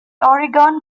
oregon